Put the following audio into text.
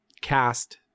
cast